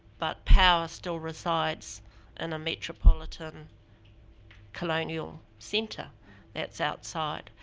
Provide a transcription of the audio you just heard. but power still resides in a metropolitan colonial center that's outside.